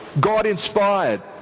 God-inspired